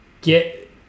get